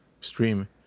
stream